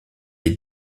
est